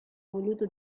voluto